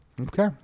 Okay